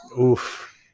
Oof